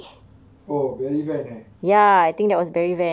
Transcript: oh berry van eh